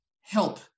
help